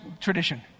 tradition